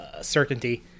certainty